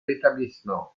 l’établissement